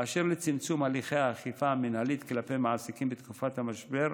אשר לצמצום הליכי האכיפה המינהלית כלפי מעסיקים בתקופת המשבר,